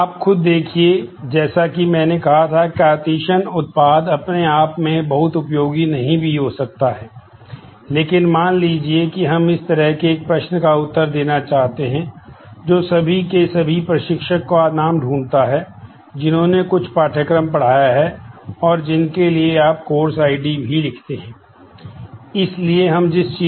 आप खुद देखिए जैसा कि हमने कहा था कि कार्टेशियन उत्पाद अपने आप में बहुत उपयोगी नहीं भी हो सकता है लेकिन मान लीजिए कि हम इस तरह के एक प्रश्न का उत्तर देना चाहते हैं जो सभी के सभी प्रशिक्षकों का नाम ढूंढते हैं जिन्होंने कुछ पाठ्यक्रम पढ़ाया है और जिनके लिए आप कोर्स आईडी